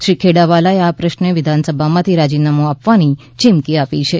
શ્રી ખેડાવાલાએ આ પ્રશ્ને વિધાનસભામાંથી રાજીનામું આપવાની ચીમકી આપી છે